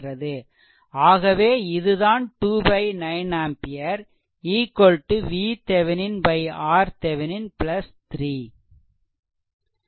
ஆகவே இதுதான் 2 9 ampere VThevenin RThevenin 3